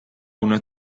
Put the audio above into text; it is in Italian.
una